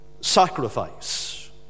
Sacrifice